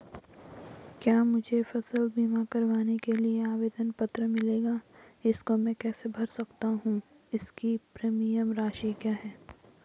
क्या मुझे फसल बीमा करवाने के लिए आवेदन पत्र मिलेगा इसको मैं कैसे भर सकता हूँ इसकी प्रीमियम राशि क्या है?